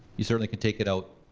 you certainly can take it out.